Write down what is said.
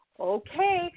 okay